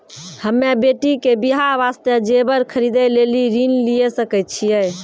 हम्मे बेटी के बियाह वास्ते जेबर खरीदे लेली ऋण लिये सकय छियै?